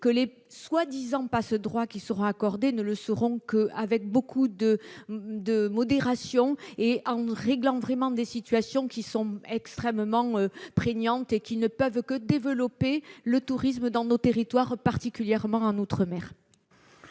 que les soi-disant passe-droits accordés ne le seront qu'avec une grande modération, en ne réglant que des situations extrêmement prégnantes qui peuvent développer le tourisme dans nos territoires, particulièrement en outre-mer.